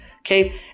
Okay